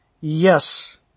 Yes